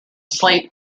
slate